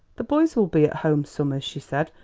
the boys will be at home summers, she said,